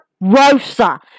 Rosa